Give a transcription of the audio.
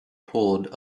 told